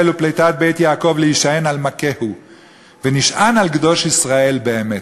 ופליטת בית יעקב להִשען על מכהו ונשען על ה' קדוש ישראל באמת".